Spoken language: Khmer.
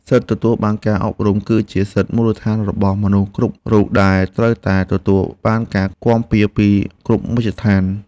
សិទ្ធិទទួលបានការអប់រំ គឺជាសិទ្ធិមូលដ្ឋានរបស់មនុស្សគ្រប់រូបដែលត្រូវតែទទួលបានការគាំពារពីគ្រប់មជ្ឈដ្ឋាន។